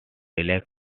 elect